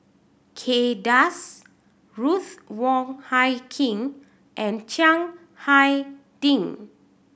Kay Das Ruth Wong Hie King and Chiang Hai Ding